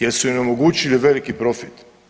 Jer su im omogućili veliki profit.